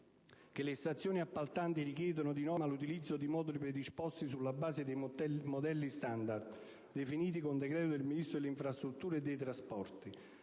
che le stazioni appaltanti richiedano, di norma, l'utilizzo di moduli predisposti sulla base dei modelli standard, definiti con decreto del Ministro delle infrastrutture e dei trasporti,